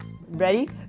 Ready